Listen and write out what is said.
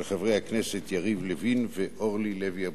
של חברי הכנסת יריב לוין ואורלי לוי אבקסיס.